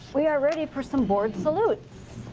we are ready for some board salutes.